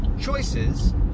choices